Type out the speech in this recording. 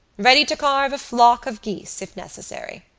ready to carve a flock of geese, if necessary.